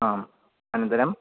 आम् अनन्तरम्